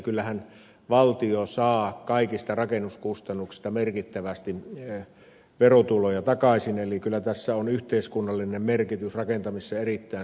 kyllähän valtio saa kaikista rakennuskustannuksista merkittävästi verotuloja takaisin eli kyllä rakentamisen yhteiskunnallinen merkitys on erittäin suuri